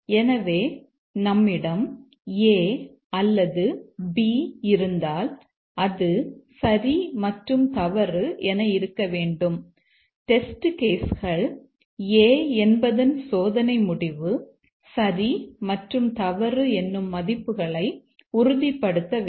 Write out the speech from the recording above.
எனவே நம்மிடம் a அல்லது b இருந்தால் அது சரி மற்றும் தவறு என இருக்க வேண்டும் டெஸ்ட் கேஸ் கள் a என்பதன் சோதனை முடிவு சரி மற்றும் தவறு என்னும் மதிப்புகளை உறுதிப்படுத்த வேண்டும்